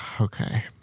Okay